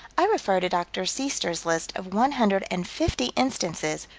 i refer to dr. sestier's list of one hundred and fifty instances,